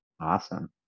Awesome